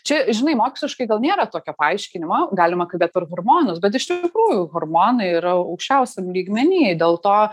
čia žinai moksliškai gal nėra tokio paaiškinimo o galima kalbėt per hormonus bet iš tikrųjų hormonai yra aukščiausiam lygmeny dėl to